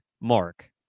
Mark